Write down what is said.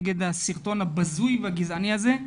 נגד הסרטון הבזוי והגזעני הזה,